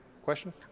Question